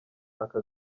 aka